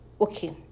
Okay